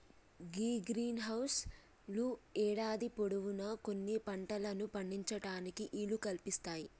గీ greenhouse లు యేడాది పొడవునా కొన్ని పంటలను పండించటానికి ఈలు కల్పిస్తాయి